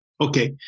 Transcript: Okay